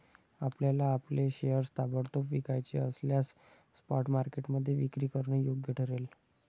आपल्याला आपले शेअर्स ताबडतोब विकायचे असल्यास स्पॉट मार्केटमध्ये विक्री करणं योग्य ठरेल